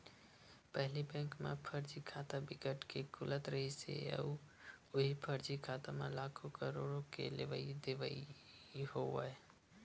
पहिली बेंक म फरजी खाता बिकट के खुलत रिहिस हे अउ उहीं फरजी खाता म लाखो, करोड़ो के लेवई देवई होवय